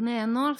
בני נוער,